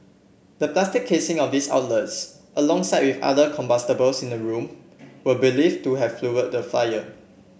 the plastic casing of these outlets alongside with other combustibles in the room were believe to have fuelled the fire